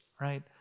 right